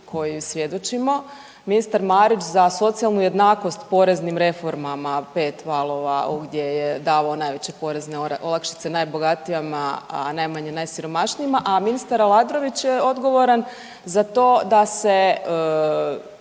kojem svjedočimo. Ministar Marić za socijalnu jednakost poreznim reformama pet valova gdje je davao najveće porezne olakšice najbogatijima, a najmanje najsiromašnijima, a ministar Aladrović je odgovoran za to da se